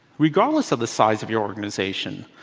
regardless of the size of your organization,